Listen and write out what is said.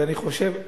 ואני חושב,